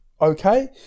Okay